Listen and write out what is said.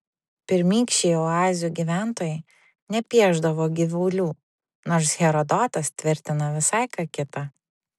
pirmykščiai oazių gyventojai nepiešdavo gyvulių nors herodotas tvirtina visai ką kita